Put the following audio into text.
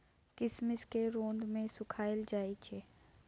किशमिश केँ रौद मे सुखाएल जाई छै